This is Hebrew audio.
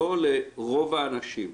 לא לרוב האנשים.